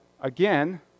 again